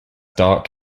dark